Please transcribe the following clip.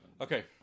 Okay